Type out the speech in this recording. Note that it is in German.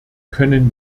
können